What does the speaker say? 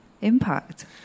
impact